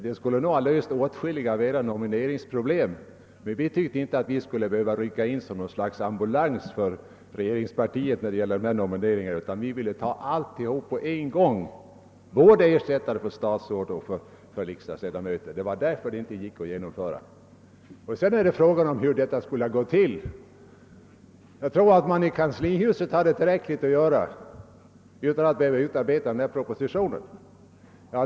Det skulle nog ha löst åtskilliga av era nomineringsproblem, men vi tyckte inte att vi skulle rycka ut som något slags ambulans för regeringspartiet då det gällde nomineringarna. Vi ville ta alltihop på en gång — både ersättare för statsråd och för riksdagsledamöter. Det var därför förslaget inte kunde genomföras i år. Frågan är också hur det skulle ha gått till. Jag tror att man i kanslihuset hade tillräckligt mycket att göra utan att därtill behöva utarbeta den propositionen.